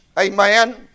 Amen